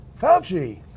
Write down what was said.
Fauci